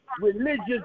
religious